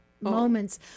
moments